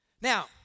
Now